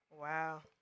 Wow